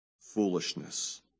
foolishness